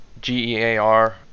G-E-A-R